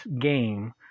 game